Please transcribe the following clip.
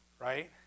right